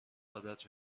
عادت